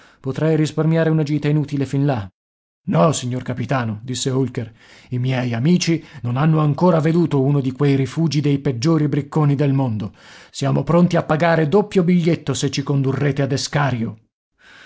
potrei risparmiare una gita inutile fin là no signor capitano disse holker i miei amici non hanno ancora veduto uno di quei rifugi dei peggiori bricconi del mondo siamo pronti a pagare doppio biglietto se ci condurrete ad escario